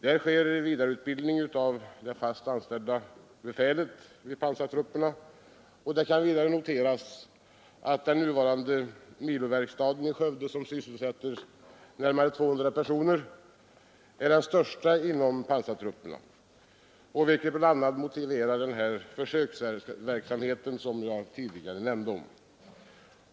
Där sker en vidareutbildning av de fast anställda befälen vid pansartrupperna. Vidare kan noteras att den nuvarande Miloverkstaden i Skövde, som sysselsätter närmare 200 personer, är den största inom pansartrupperna, vilket bl.a. motiverar den försöksverksamhet som jag tidigare omnämnde.